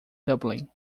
dublin